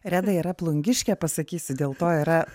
reda yra plungiškė pasakysiu dėl to yra